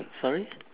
sorry